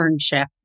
internship